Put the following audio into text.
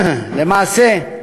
למעשה,